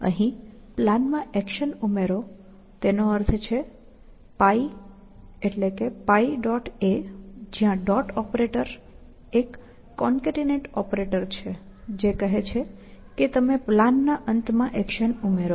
અહીં પ્લાનમાં એક્શન ઉમેરો તેનો અર્થ છે a જ્યાં ડોટ ઓપરેટર એક કોન્કેટિનેટ ઓપરેટર છે જે કહે છે કે તમે પ્લાન ના અંતમાં એક્શન ઉમેરો